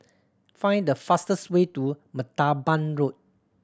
find the fastest way to Martaban Road